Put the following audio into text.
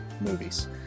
movies